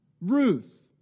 Ruth